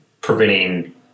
preventing